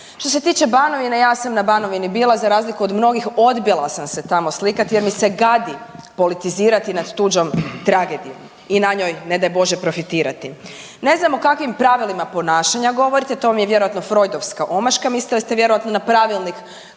Što se tiče Banovine, ja sam na Banovini bila, za razliku od mnogih, odbila sam se tamo slikati, jer mi se gadi politizirati nad tuđom tragedijom i na njoj, ne daj Bože, profitirati. Ne znam o kakvim pravilima ponašanja govorite, to vam je vjerojatno Freudovska omaška, mislili ste vjerojatno na Pravilnik